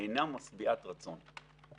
אינה משביעת רצון.